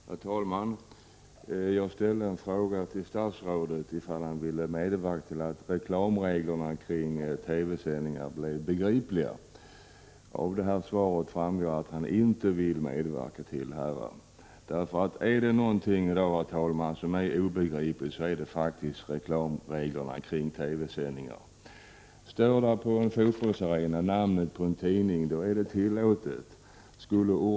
Herr talman! Jag ställde en fråga till statsrådet om han ville medverka till att reklamreglerna kring TV-sändningar blev begripliga. Av svaret framgår att han inte vill medverka till det. Är det någonting, herr talman, som i dag är obegripligt så är det faktiskt reklamreglerna kring TV-sändningar. Om namnet på en tidning står väl synligt på en fotbollsarena, så är det tillåtet. Men om orden ”köp” eller ”läs” — Prot.